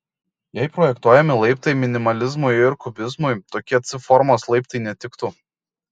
jei projektuojami laiptai minimalizmui ar kubizmui tokie c formos laiptai netiktų